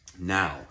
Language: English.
now